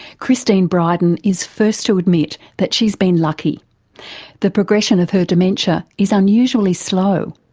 christine bryden is first to admit that she's been lucky the progression of her dementia is unusually slow.